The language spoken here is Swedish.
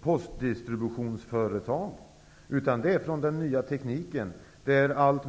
postdistributionsföretag, utan det är från den nya tekniken.